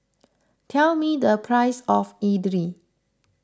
tell me the price of Idly